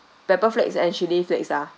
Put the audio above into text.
pepper flakes and chilli flakes ah